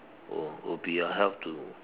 will will be a help to